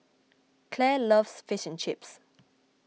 Clair loves Fish and Chips